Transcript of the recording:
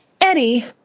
Eddie